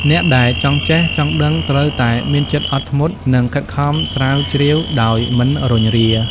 អ្នកដែលចង់ចេះ ចង់ដឹង ត្រូវតែមានចិត្តអត់ធ្មត់ និងខិតខំស្រាវជ្រាវដោយមិនរុញរា។